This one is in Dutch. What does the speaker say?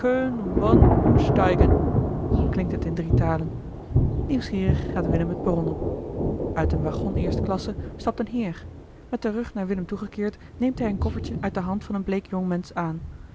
umsteigen klinkt het in drie talen nieuwsgierig gaat willem het perron op uit een waggon eerste klasse stapt een heer met den rug naar willem toegekeerd neemt hij een koffertje uit de hand van een bleek jongmensch aan